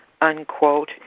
unquote